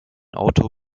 auto